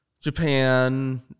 Japan